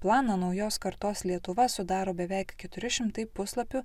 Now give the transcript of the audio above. planą naujos kartos lietuva sudaro beveik keturi šimtai puslapių